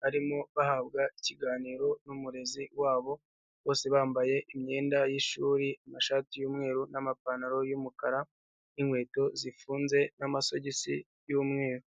barimo bahabwa ikiganiro n'umurezi wabo bose bambaye imyenda y'ishuri, amashati y'umweru n'amapantaro y'umukara, inkweto zifunze n'amasogisi y'umweru.